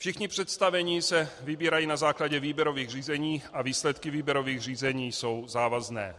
Všichni představení se vybírají na základě výběrových řízení a výsledky výběrových řízení jsou závazné.